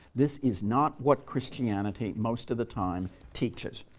this is not what christianity most of the time teaches.